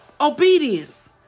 Obedience